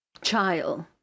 child